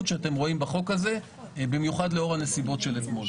שאתם רואים בחוק הזה במיוחד לאור הנסיבות של אתמול.